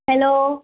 hello